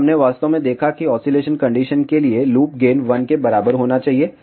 तो हमने वास्तव में देखा कि ऑसीलेशन कंडीशन के लिए लूप गेन 1 के बराबर होना चाहिए